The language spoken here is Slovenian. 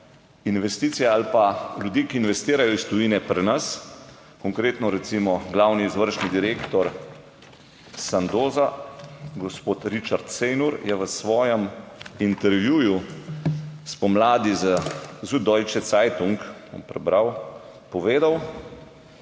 investicije ali pa ljudi, ki investirajo iz tujine pri nas konkretno recimo glavni izvršni direktor Sandoza, gospod Richard / nerazumljivo/ je v svojem intervjuju spomladi z Süddeutsche Zeitung, bom prebral, povedal,